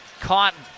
Cotton